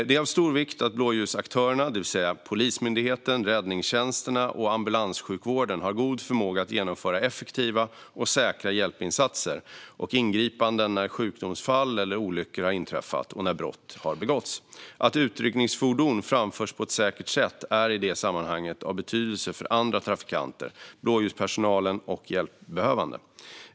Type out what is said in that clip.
Det är av stor vikt att blåljusaktörerna, det vill säga Polismyndigheten, räddningstjänsterna och ambulanssjukvården, har god förmåga att genomföra effektiva och säkra hjälpinsatser och ingripanden när sjukdomsfall eller olyckor har inträffat och när brott har begåtts. Att utryckningsfordon framförs på ett säkert sätt är i det sammanhanget av betydelse för andra trafikanter, blåljuspersonal och hjälpbehövande.